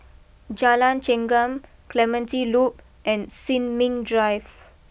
Jalan Chengam Clementi Loop and Sin Ming Drive